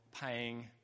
paying